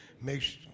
makes